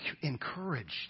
encouraged